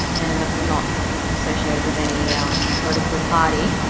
and i'm not associated with any um political party.